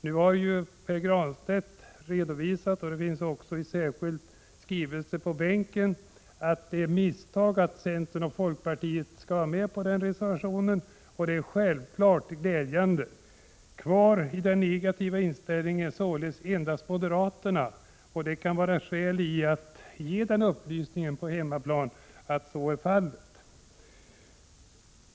Nu har ju Pär Granstedt redovisat — det har också delats ut en särskild skrivelse om det i våra bänkar — att det är ett misstag att centern och folkpartiet finns med bakom den reservationen. Självfallet är det meddelandet glädjande. Kvar vid denna negativa inställning står således endast moderaterna. Det kan vara skäl i att på hemmaplan ge den upplysningen att så är fallet.